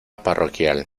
parroquial